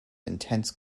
intense